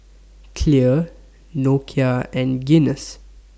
Clear Nokia and Guinness